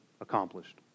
accomplished